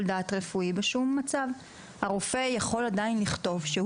דעת רפואי בשום מצב - הרופא עדיין יכול לכתוב שהוא